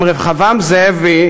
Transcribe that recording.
עם רחבעם זאבי,